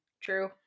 True